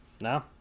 No